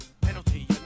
penalty